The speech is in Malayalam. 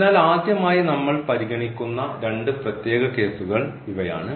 അതിനാൽ ആദ്യമായി നമ്മൾ പരിഗണിക്കുന്ന രണ്ട് പ്രത്യേക കേസുകൾ ഇവയാണ്